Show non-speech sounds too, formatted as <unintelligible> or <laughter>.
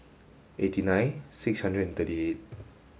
eighty nine six hundred and <unintelligible>